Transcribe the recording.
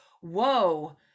whoa